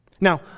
Now